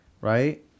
right